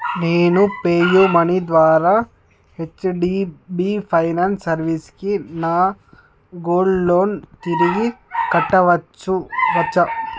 నేను పేయూమనీ ద్వారా HDB finance సర్వీసెస్కి నా గోల్డ్ లోన్ తిరిగి కట్టవచ్చా